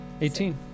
Eighteen